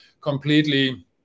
completely